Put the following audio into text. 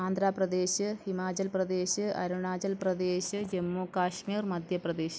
Andhra Pradesh Himachal Pradesh Arunachal Pradesh Jammu Kashmir Madhya Pradesh